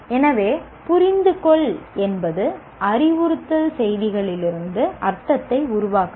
எனவே 'புரிந்துகொள்' என்பது அறிவுறுத்தல் செய்திகளிலிருந்து அர்த்தத்தை உருவாக்குதல்